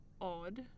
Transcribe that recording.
odd